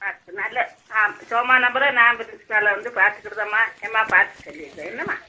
ஆ இப்போ நல்ல ஆ சுகமான பிறகு நான் ப்ரின்சிபாலை வந்து பார்த்துகிட்டுதாம்மா ஏம்மா பார்த்து என்னம்மா